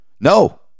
No